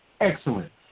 Excellent